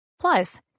Plus